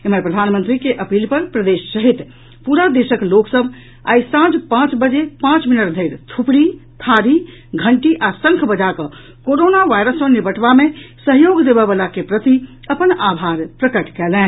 एम्हर प्रधानमंत्री के अपील पर प्रदेश सहित पूरा देशक लोक सभ आई सांझ पांच बजे पांच मिनट धरि थुपड़ी थारी घंटी आ शंख बजा कऽ कोरोना वायरस सँ निबटबा मे सहयोग देबयवला के प्रति अपन आभार प्रकट कयलनि